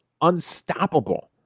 unstoppable